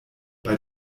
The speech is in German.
bei